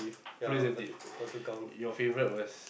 Police-and-Thief your favourite was